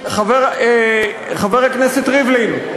חבר הכנסת ריבלין,